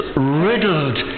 riddled